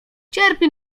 cierpi